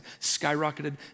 skyrocketed